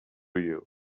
you